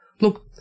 Look